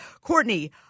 courtney